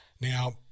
Now